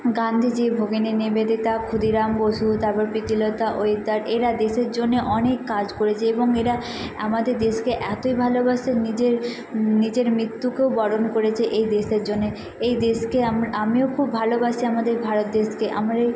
গান্ধিজি ভগিনী নিবেদিতা ক্ষুদিরাম বসু তারপর প্রীতিলতা ওয়েদার এরা দেশের জন্যে অনেক কাজ করেছে এবং এরা আমাদের দেশকে এতই ভালোবাসে নিজের নিজের মৃত্যুকেও বরণ করেছে এই দেশের জন্যে এই দেশকে আমি আমিও খুব ভালোবাসি আমাদের ভারত দেশকে আমার এই